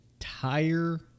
entire